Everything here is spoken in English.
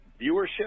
viewership